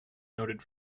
noted